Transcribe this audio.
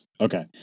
Okay